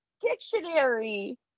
Dictionary